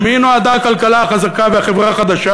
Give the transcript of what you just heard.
למי נועדה הכלכלה החזקה והחברה החדשה